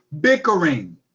bickering